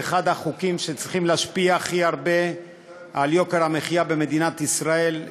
באחד החוקים שצריכים להשפיע הכי הרבה על יוקר המחיה במדינת ישראל,